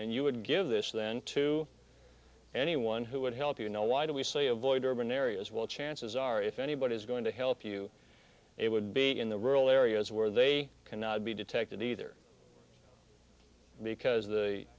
and you would give this then to anyone who would help you know why do we say avoid urban areas well chances are if anybody is going to help you it would be in the rural areas where they cannot be detected either because